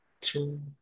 two